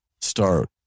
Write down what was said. start